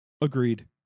Agreed